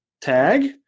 tag